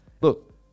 Look